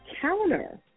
counter